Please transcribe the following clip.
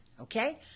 Okay